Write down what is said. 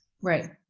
Right